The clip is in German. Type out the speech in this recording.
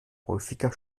häufiger